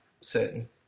certain